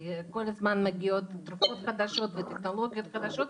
כי כל הזמן מגיעות תרופות חדשות וטכנולוגיות חדשות.